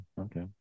Okay